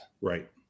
Right